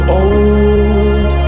old